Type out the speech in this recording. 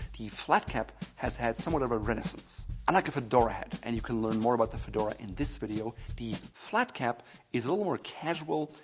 the flat cap has had somewhat of a renaissance. unlike a fedora hat and you can learn more about the fedora in this video, the flat cap is a little more casual.